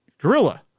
gorilla